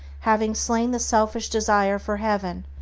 having slain the selfish desire for heaven,